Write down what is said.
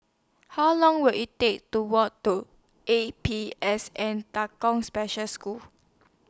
How Long Will IT Take to Walk to A P S N Special School